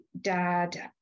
dad